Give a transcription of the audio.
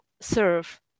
serve